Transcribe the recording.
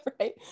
right